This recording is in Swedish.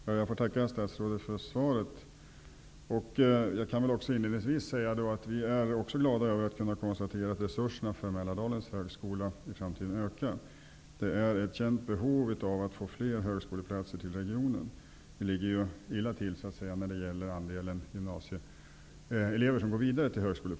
Fru talman! Jag får tacka statsrådet för svaret. Jag kan inledningsvis säga att vi är glada över att kunna konstatera att resurserna för Mälardalens högskola ökar i framtiden. Det finns ett känt behov av att få fler högskoleplatser till regionen. Vi ligger ju illa till när det gäller andelen gymnasieelever som går vidare till högskolan.